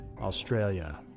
Australia